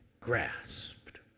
grasped